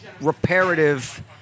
reparative